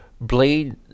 Blade